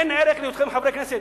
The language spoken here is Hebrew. אין ערך להיותכם חברי כנסת.